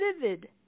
vivid